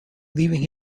leaving